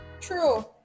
True